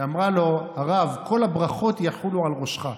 היא אמרה לו: הרב, כל הברכות יחולו על ראשך.